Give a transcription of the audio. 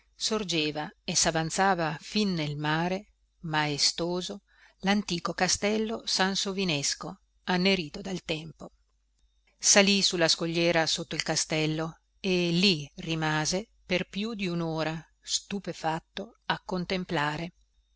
sorgeva e savanzava fin nel mare maestoso lantico castello sansovinesco annerito dal tempo salì su la scogliera sotto il castello e lì rimase per più di unora stupefatto a contemplare